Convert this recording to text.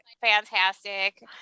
fantastic